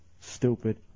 Stupid